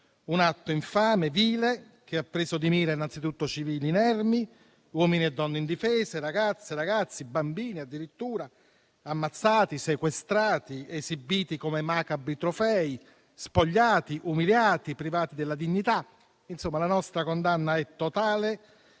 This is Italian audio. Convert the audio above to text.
un atto infame e vile, che ha preso di mira innanzitutto civili inermi, uomini e donne indifesi, ragazze e ragazzi, bambine addirittura, ammazzati, sequestrati, esibiti come macabri trofei, spogliati, umiliati e privati della dignità. La nostra condanna è totale